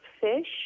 fish